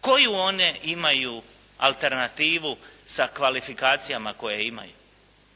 Koje one imaju alternativu sa kvalifikacijama koje imaju?